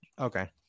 okay